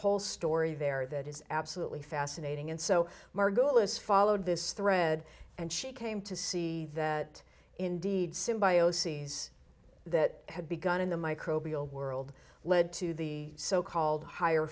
whole story there that is absolutely fascinating and so margolis followed this thread and she came to see that indeed symbiosis that had begun in the microbial world led to the so called higher